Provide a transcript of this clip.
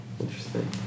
interesting